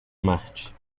marte